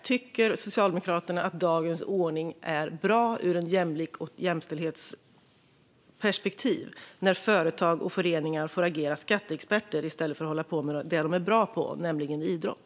Tycker Socialdemokraterna att dagens ordning är bra ur ett jämlikhets och jämställdhetsperspektiv när företag och föreningar får agera skatteexperter i stället för att hålla på med det de är bra på, nämligen idrott?